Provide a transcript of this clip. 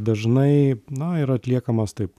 dažnai na ir atliekamas taip